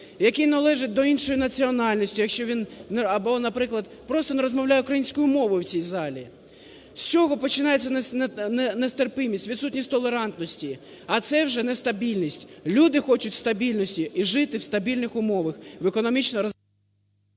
який належить до іншої національності, якщо він або, наприклад, просто не розмовляє українською мовою в цій залі. З чого починається нетерпимість, відсутність толерантності, а це вже нестабільність, люди хочуть стабільності і жити в стабільних умовах, в економічно… ГОЛОВУЮЧИЙ.